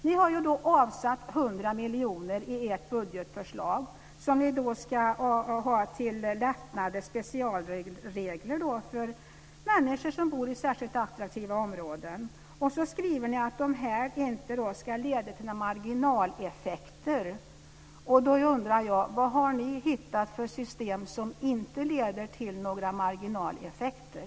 Ni har avsatt 100 miljoner i ert budgetförslag som ni ska ha till specialregler som innebär lättnader för människor som bor i särskilt attraktiva områden. Ni skriver att det inte ska leda till några marginaleffekter. Då undrar jag: Vad har ni hittat för system som inte leder till några marginaleffekter?